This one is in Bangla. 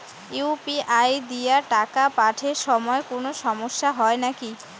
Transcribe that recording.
ইউ.পি.আই দিয়া টাকা পাঠের সময় কোনো সমস্যা হয় নাকি?